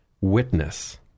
witness